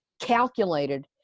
calculated